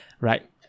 right